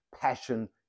passion